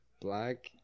Black